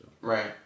Right